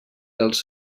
dels